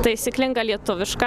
taisyklinga lietuviška